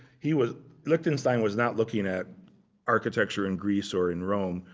he was, lichtenstein was not looking at architecture in greece or in rome.